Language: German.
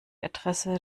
adresse